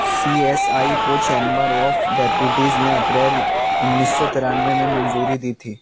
C S I کو chamber of deputies نے April انیس سو ترانوے میں منظوری دی تھی